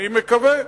אני מקווה.